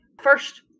first